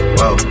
Whoa